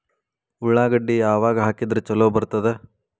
ಉಳ್ಳಾಗಡ್ಡಿ ಯಾವಾಗ ಹಾಕಿದ್ರ ಛಲೋ ಬರ್ತದ?